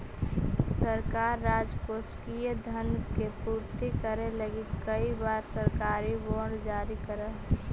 सरकार राजकोषीय धन के पूर्ति करे लगी कई बार सरकारी बॉन्ड जारी करऽ हई